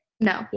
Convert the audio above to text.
No